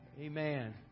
amen